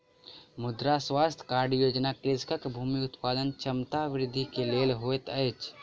मृदा स्वास्थ्य कार्ड योजना कृषकक भूमि उत्पादन क्षमता वृद्धि के लेल होइत अछि